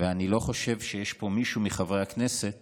ואני לא חושב שיש פה מישהו מחברי הכנסת